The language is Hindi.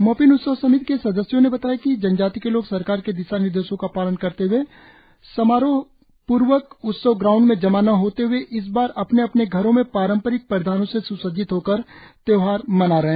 मोपिन उत्सव समिति के सदस्यों ने बताया कि जनजाति के लोग सरकार के दिशा निर्देशों का पालन करते हए समारोहपूर्वक उत्सव ग्राऊण्ड में जमा न होते हए इस बार अपने अपने घरों में पारंपरिक परिधानों से स्सज्जित होकर त्यौहार मना रहे हैं